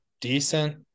decent